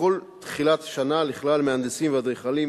בכל תחילת שנה לכלל המהנדסים והאדריכלים